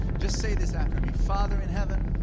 just say this after me, father in heaven,